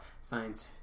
Science